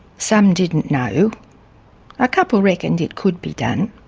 some didn't know, a couple reckoned it could be done.